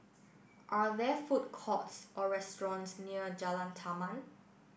are there food courts or restaurants near Jalan Taman